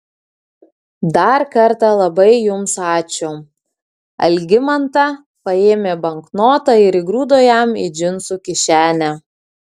dar kartą labai jums ačiū algimanta paėmė banknotą ir įgrūdo jam į džinsų kišenę